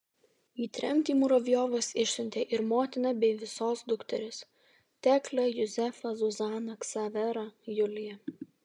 į tremtį muravjovas išsiuntė ir motiną bei visos dukteris teklę juzefą zuzaną ksaverą juliją